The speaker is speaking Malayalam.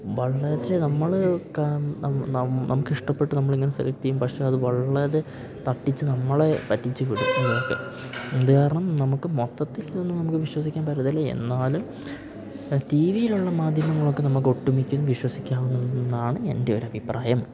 വളരെ നമ്മള് നമുക്കിഷ്ടപ്പെട്ട് നമ്മളിങ്ങനെ സെലക്റ്റെയ്യും പക്ഷേ അത് വളരെ തട്ടിച്ച് നമ്മളെ പറ്റിച്ച് പിടിക്കുന്നതൊക്കെ ഇത് കാരണം നമുക്ക് മൊത്തത്തിലിതൊന്നും നമുക്ക് വിശ്വസിക്കാൻ പറ്റുല ഇതല്ലേ എന്നാലും ഇപ്പം ടിവിയിലുള്ള മാധ്യമങ്ങളൊക്കെ നമുക്ക് ഒട്ടുമിക്കതും വിശ്വസിക്കാവുന്നതെന്നാണ് എൻ്റെ ഒരഭിപ്രായം